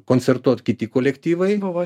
koncertuot kiti kolektyvai o